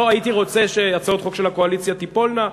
לא הייתי רוצה שהצעות חוק של הקואליציה תיפולנה,